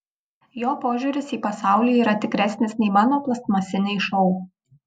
jo požiūris į pasaulį yra tikresnis nei mano plastmasiniai šou